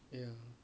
ya